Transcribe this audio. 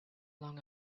long